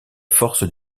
forces